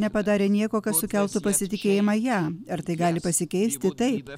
nepadarė nieko kas sukeltų pasitikėjimą ja ar tai gali pasikeisti taip